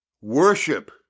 worship